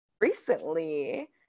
Recently